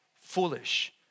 foolish